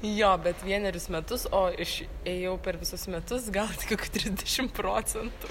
jo bet vienerius metus o iš ėjau per visus metus gal kokių trisdešim procentų